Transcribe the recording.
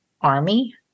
army